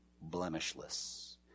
Blemishless